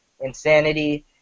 Insanity